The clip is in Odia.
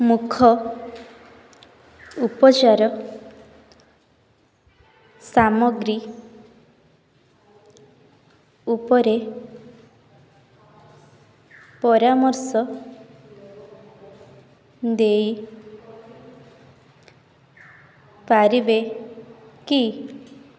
ମୁଖ ଉପଚାର ସାମଗ୍ରୀ ଉପରେ ପରାମର୍ଶ ଦେଇ ପାରିବେ କି